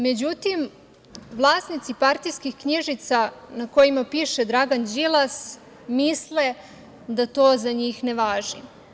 Međutim, vlasnici partijskih knjižica na kojima piše Dragan Đilas misle da to za njih ne važi.